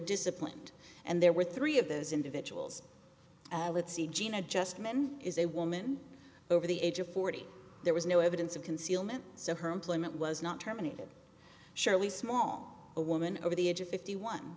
disciplined and there were three of those individuals let's see gina just men is a woman over the age of forty there was no evidence of concealment so her employment was not terminated surely small a woman over the age of fifty one